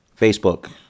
Facebook